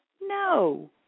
No